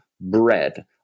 bread